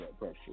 pressure